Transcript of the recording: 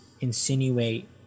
insinuate